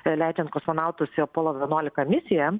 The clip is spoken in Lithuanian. leidžiant kosmonautus į apolo vienuolika misiją